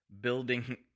building